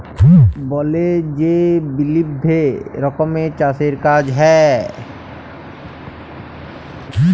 বলে যে বিভিল্ল্য রকমের চাষের কাজ হ্যয়